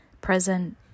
present